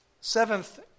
seventh